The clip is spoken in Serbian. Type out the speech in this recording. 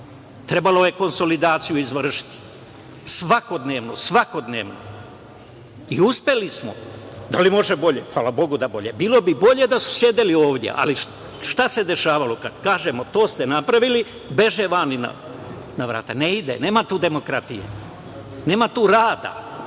Trebalo je konsolidaciju izvršiti, svakodnevnu, svakodnevno, i uspeli smo. Da li može bolje? Hvala Bogu da je bolje. Bilo bi bolje da su sedeli ovde, ali šta se dešavalo? Kada kažemo to ste napravili, beže vani na vrata. Ne ide. Nema tu demokratije. Nema tu